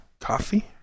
Coffee